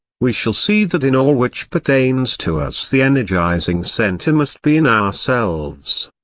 we shall see that in all which pertains to us the energising centre must be in ourselves.